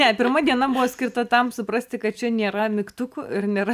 ne pirma diena buvo skirta tam suprasti kad čia nėra mygtukų ir nėra